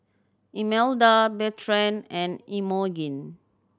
Imelda Bertrand and Imogene